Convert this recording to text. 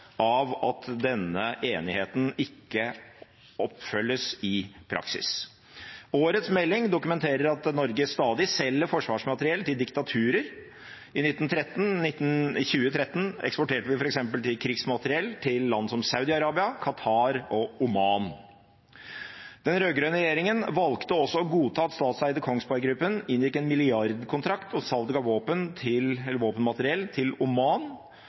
av våpenmateriell til autoritære regimer som bryter menneskerettighetene, ikke skal skje, og vi har en for lang liste på at denne enigheten ikke følges opp i praksis. Årets melding dokumenterer at Norge stadig selger forsvarsmateriell til diktaturer. I 2013 eksporterte vi f.eks. krigsmateriell til land som Saudi-Arabia, Qatar og Oman. Den rød-grønne regjeringen valgte også å godta at statseide Kongsberg Gruppen inngikk en milliardkontrakt